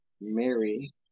Mary